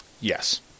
Yes